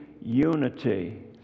unity